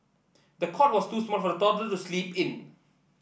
the cot was too small for the toddler to sleep in